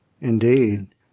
Indeed